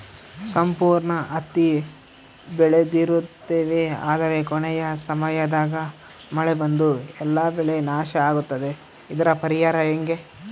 ಸಂಪೂರ್ಣ ಹತ್ತಿ ಬೆಳೆದಿರುತ್ತೇವೆ ಆದರೆ ಕೊನೆಯ ಸಮಯದಾಗ ಮಳೆ ಬಂದು ಎಲ್ಲಾ ಬೆಳೆ ನಾಶ ಆಗುತ್ತದೆ ಇದರ ಪರಿಹಾರ ಹೆಂಗೆ?